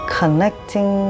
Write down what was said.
connecting